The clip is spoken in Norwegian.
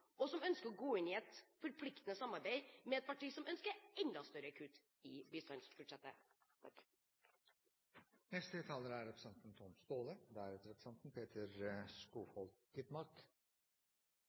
og som ønsker å gå inn i et forpliktende samarbeid med et parti som ønsker enda større kutt i bistandsbudsjettet. En hedersmann, Nelson Mandela, har sagt at utdanning er